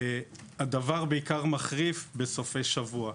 הדבר בעיקר מחריף בסופי שבוע.